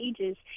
Ages